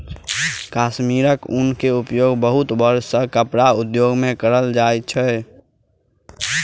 कश्मीरी ऊनक उपयोग बहुत वर्ष सॅ कपड़ा उद्योग में भ रहल अछि